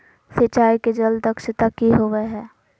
सिंचाई के जल दक्षता कि होवय हैय?